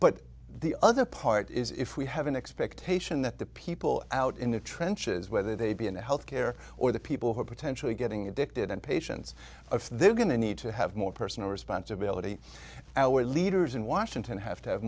but the other part is if we have an expectation that the people out in the trenches whether they be in the health care or the people who are potentially getting addicted and patients they're going to need to have more personal responsibility our leaders in washington have to have